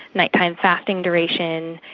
night-time fasting duration,